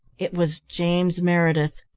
it was james meredith,